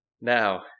Now